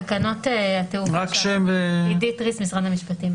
משרד המשפטים.